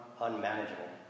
unmanageable